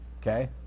Okay